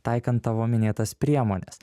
taikant tavo minėtas priemones